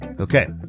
okay